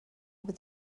with